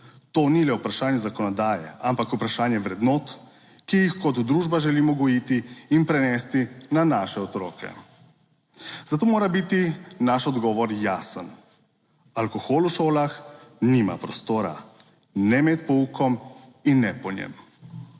To ni le vprašanje zakonodaje, ampak vprašanje vrednot, ki jih kot družba želimo gojiti in prenesti na naše otroke. Zato mora biti naš odgovor jasen, alkohol v šolah nima prostora ne med poukom in ne po njem.